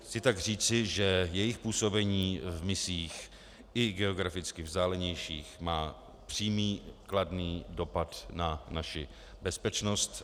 Chci tak říci, že jejich působení v misích i geograficky vzdálenějších má přímý kladný dopad na naši bezpečnost.